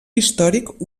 històric